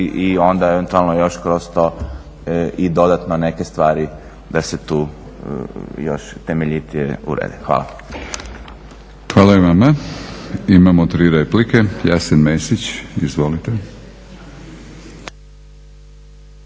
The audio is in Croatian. i onda eventualno još kroz to i dodatno neke stvari da se tu još temeljitije urede. Hvala. **Batinić, Milorad (HNS)** Hvala i vama. Imamo tri replike. Jasen Mesić, izvolite.